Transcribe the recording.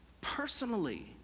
personally